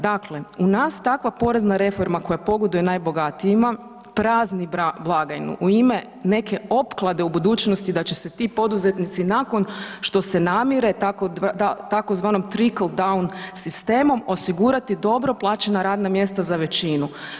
Dakle, u nas takva porezna reforma koja pogoduje najbogatijima prazni blagajnu u ime neke opklade u budućnosti da će se ti poduzetnici nakon što se namire, tzv. trickle down sistemom, osigurati dobro plaćena radna mjesta za većinu.